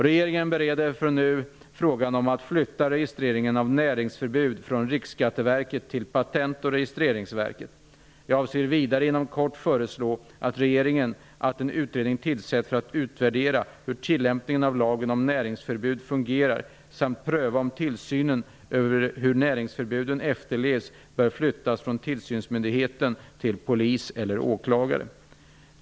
Regeringen bereder för närvarande frågan om att flytta registreringen av näringsförbud från Riksskatteverket till Patent och registreringsverket. Jag avser vidare att inom kort föreslå regeringen att en utredning tillsätts för att utvärdera hur tillämpningen av lagen om näringsförbud fungerar samt pröva om tillsynen över hur näringsförbuden efterlevs bör flyttas från tillsynsmyndigheten till polis eller åklagare.